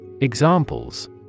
Examples